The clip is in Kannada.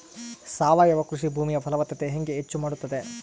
ಸಾವಯವ ಕೃಷಿ ಭೂಮಿಯ ಫಲವತ್ತತೆ ಹೆಂಗೆ ಹೆಚ್ಚು ಮಾಡುತ್ತದೆ?